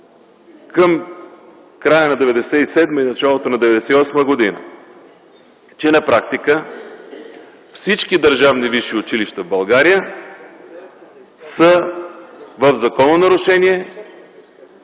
към края на 1997 г. и началото на 1998 г., че на практика всички държавни висши училища в България са в закононарушение